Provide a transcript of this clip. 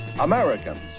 Americans